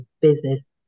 business